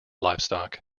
livestock